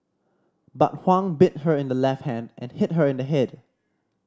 but Huang bit her in the left hand and hit her in the head